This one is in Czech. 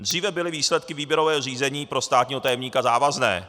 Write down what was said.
Dříve byly výsledky výběrového řízení pro státního tajemníka závazné.